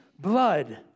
blood